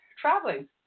traveling